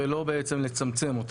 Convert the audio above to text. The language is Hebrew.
ולא בעצם לצמצם אותם.